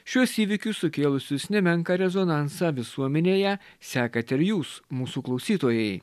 šiuos įvykius sukėlusius nemenką rezonansą visuomenėje sekate ir jūs mūsų klausytojai